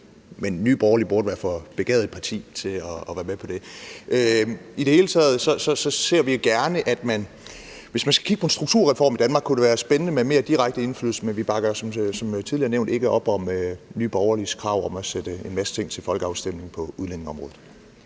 men Nye Borgerlige burde være et for begavet parti til at være med på det. Hvis man skal kigge på en strukturreform i Danmark, kunne det være spændende med mere direkte indflydelse, men vi bakker som tidligere nævnt ikke op om Nye Borgerliges krav om at sætte en masse ting til folkeafstemning på udlændingeområdet.